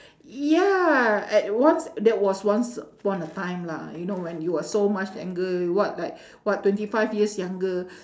yeah at once that was once upon a time lah you know when you were so much younger what like what twenty five years younger